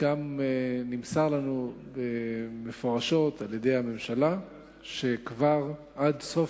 וגם נמסר לנו מפורשות על-ידי הממשלה שכבר עד סוף